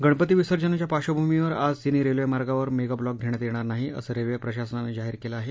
गणपती विसर्जनाच्या पार्श्वभूमीवर आज तिन्ही रेल्वेमार्गावर मेगाब्लॉक घेण्यात येणार नाही असं रेल्वे प्रशासनानं जाहीर केलं आहे